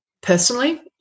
personally